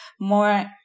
more